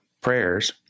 prayers